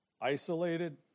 isolated